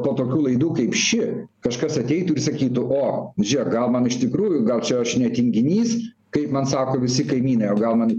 po tokių laidų kaip ši kažkas ateitų ir sakytų o žiūrėk gal man iš tikrųjų gal čia aš ne tinginys kaip man sako visi kaimynai o gal man